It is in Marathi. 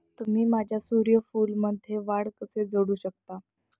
तुम्ही माझ्या सूर्यफूलमध्ये वाढ कसे जोडू शकता?